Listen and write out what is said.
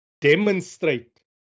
demonstrate